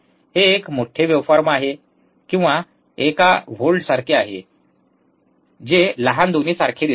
हे एक मोठे वेव्हफॉर्म किंवा एक व्होल्टसारखे दिसते जे लहान दोन्ही सारखे दिसतात